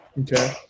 okay